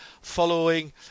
following